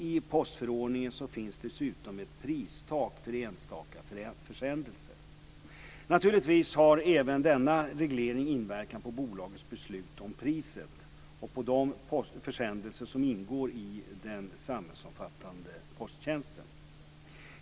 I postförordningen finns dessutom ett pristak för enstaka försändelser. Naturligtvis har även denna reglering inverkan på bolagets beslut om priset och på de försändelser som ingår i den samhällsomfattande posttjänsten.